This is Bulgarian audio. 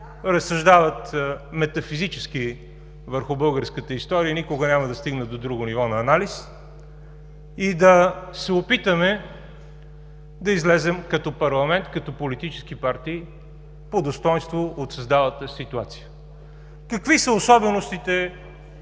разсъждават метафизически върху българската история и никога няма да стигнат до друго ниво на анализ и да се опитаме да излезем като парламент, като политически партии по достойнство от създалата се ситуация. Какви са особеностите